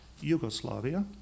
Yugoslavia